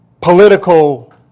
Political